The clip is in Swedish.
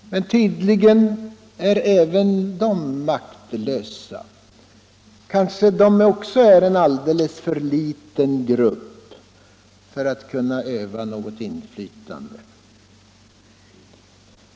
Men tydligen är även den maktlös. Kanske det också är en alldeles för liten grupp för att den skall kunna öva något inflytande.